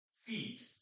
feet